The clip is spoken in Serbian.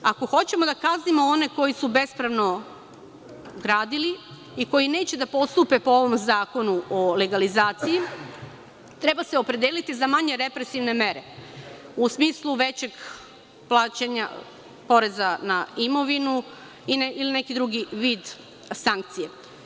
Ako hoćemo da kaznimo one koji su bespravno gradili i koji neće da postupe po ovom zakonu o legalizaciji, treba se opredeliti za manje represivne mere, u smislu većeg plaćanja poreza na imovinu ili neki drugi vid sankcije.